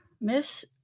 Miss